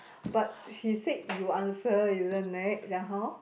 but he said you answer isn't it then how